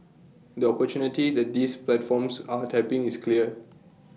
the opportunity that these platforms are tapping is clear